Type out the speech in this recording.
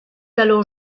alors